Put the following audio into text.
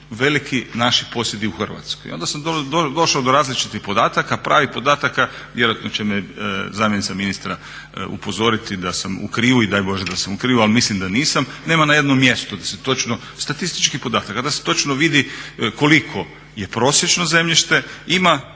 veliki naši posjedi u Hrvatskoj i onda sam došao do različitih podataka, pravih podataka. Vjerojatno će me zamjenica ministra upozoriti da sam u krivu i daj bože da sam u krivu, ali mislim da nisam. Nema na jednom mjestu da se točno statističkih podataka, da se točno vidi koliko je prosječno zemljište. Ima